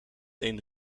een